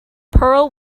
pearl